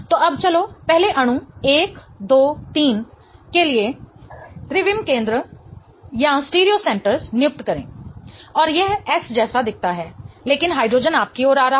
तो अब चलो पहले अणु 1 2 3 के लिए त्रिविम केंद्र नियुक्त करें और यह S जैसा दिखता है लेकिन हाइड्रोजन आपकी ओर आ रहा है